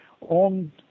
on